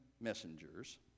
messengers